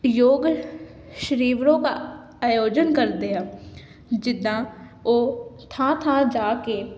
ਯੋਗ ਸ਼ੀਰੀਵਰੋ ਕਾ ਆਯੋਜਨ ਕਰਦੇ ਆ ਜਿੱਦਾਂ ਉਹ ਥਾਂ ਥਾਂ ਜਾ ਕੇ